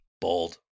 Bold